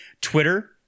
Twitter